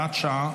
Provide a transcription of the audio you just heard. הוראת שעה,